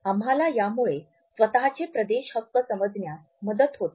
आम्हाला यामुळे स्वतःचे प्रदेश हक्क समजण्यास मदत होते